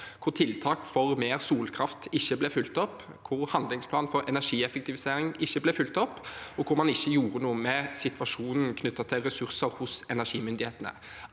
hvor tiltak for mer solkraft ikke ble fulgt opp, hvor handlingsplanen for energieffektivisering ikke ble fulgt opp, og hvor man ikke gjorde noe med situasjonen knyttet til ressurser hos energimyndighetene.